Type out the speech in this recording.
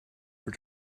for